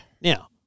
Now